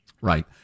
Right